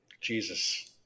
Jesus